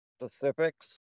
specifics